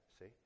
see